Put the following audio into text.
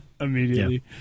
Immediately